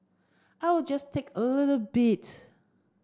I will just take a little bit